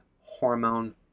hormone